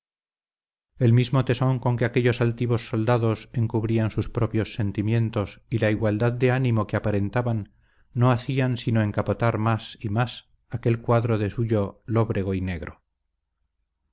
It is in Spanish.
el mismo tesón con que aquellos altivos soldados encubrían sus propios sentimientos y la igualdad de ánimo que aparentaban no hacían sino encapotar más y más aquel cuadro de suyo lóbrego y negro